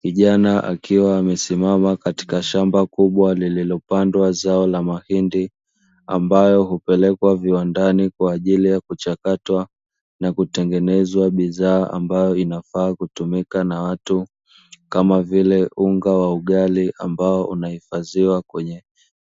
Kijana akiwa amesimama katika shamba kubwa, lililopandwa zao la mahindi, ambayo hupelekwa viwandani kwa ajili ya kuchakatwa na kutengenezwa bidhaa ambayo inafaa kutumiwa na watu, kama vile; unga wa ugali ambao unahifadhiwa kwenye